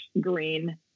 green